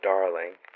Darling